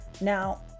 now